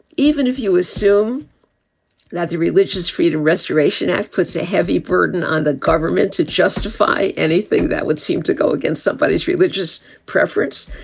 even if you assume that the religious freedom restoration act puts a heavy burden on the government to justify anything that would seem to go against somebody's religious preference.